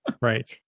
Right